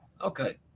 Okay